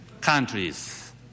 countries